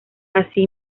así